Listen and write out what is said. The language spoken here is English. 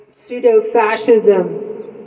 pseudo-fascism